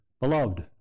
Beloved